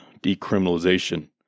decriminalization